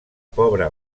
pobra